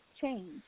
change